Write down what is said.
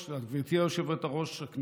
גבירתי היושבת-ראש,